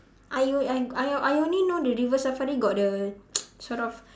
!aiyo! I I I only know the river-safari got the sort of